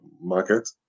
Market